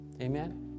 Amen